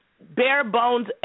bare-bones